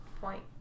Point